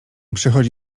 przychodzi